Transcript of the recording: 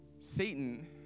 Satan